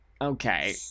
Okay